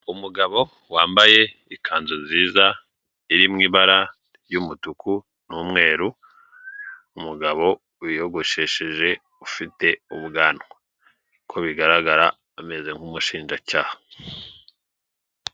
Umugabo wambaye ikanzu nziza iri mu ibara ry'umutuku n'umweru, umugabo wiyogoshesheje ufite ubwanwa, uko bigaragara ameze nk'umushinjacyaha.